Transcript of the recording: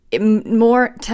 More